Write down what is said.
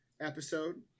episode